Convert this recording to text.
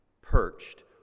Perched